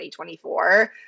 2024